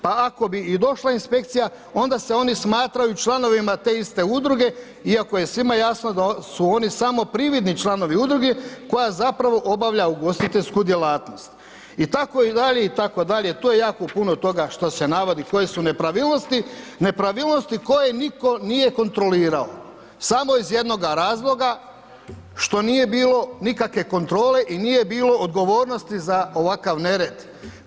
Pa ako bi i došla inspekcija onda se oni smatraju članovima te iste udruge iako je svima jasno da su oni samo prividni članovi udruge koja zapravo obavlja ugostiteljsku djelatnost, itd., itd., to je jako puno toga što se navodi, koje su nepravilnosti, nepravilnosti koje nitko nije kontrolirao samo iz jednoga razloga što nije bilo nikakve kontrole i nije bilo odgovornosti za ovakav nered.